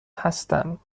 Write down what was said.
هستم